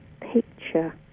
picture